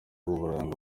w’uburanga